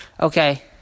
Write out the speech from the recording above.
Okay